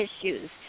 issues